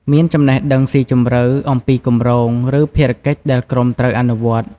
មានចំណេះដឹងស៊ីជម្រៅអំពីគម្រោង ឬភារកិច្ចដែលក្រុមត្រូវអនុវត្ត។